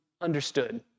understood